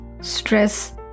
Stress